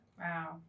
Wow